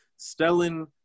Stellan